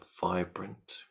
vibrant